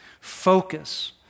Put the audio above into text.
focus